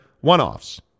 one-offs